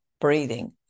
breathing